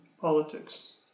politics